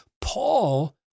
Paul